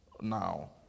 now